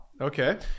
Okay